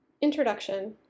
Introduction